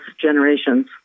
generations